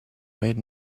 made